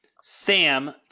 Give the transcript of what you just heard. sam